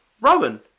Rowan